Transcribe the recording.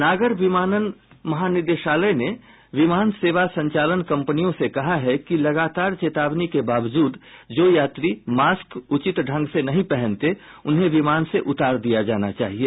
नागर विमानन महानिदेशालय ने विमान सेवा संचालन कंपनियों से कहा है कि लगातार चेतावनी के बावजूद जो यात्री मास्क उचित ढंग से नहीं पहनते उन्हें विमान से उतार दिया जाना चाहिए